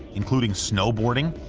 including snowboarding,